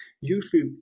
usually